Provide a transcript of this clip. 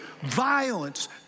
violence